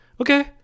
okay